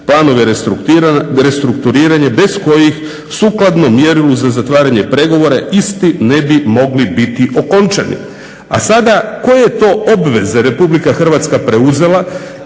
planove restrukturiranja bez kojih sukladno mjerilu za zatvaranje pregovora isti ne bi mogli biti okončani. A sada, koje je to obveze Republika Hrvatska preuzela